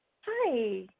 Hi